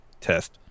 test